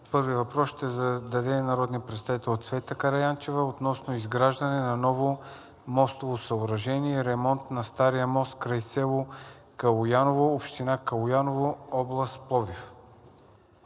Първият въпрос ще зададе народният представител Цвета Караянчева относно изграждане на ново мостово съоръжение и ремонт на стария мост край село Калояново, община Калояново, област Пловдив.